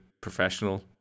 professional